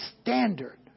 standard